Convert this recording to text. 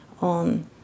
on